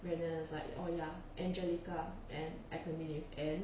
brandon was like oh ya angelica and acronym with n